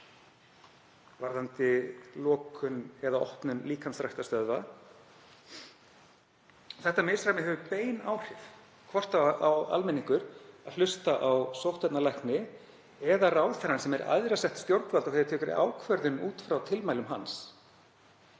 varðandi lokun eða opnun líkamsræktarstöðva. Þetta misræmi hefur bein áhrif. Hvort á almenningur að hlusta á sóttvarnalækni eða ráðherra, sem er æðra sett stjórnvald en tekur ákvörðun út frá tilmælum hans?